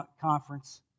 conference